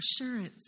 Assurance